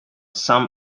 some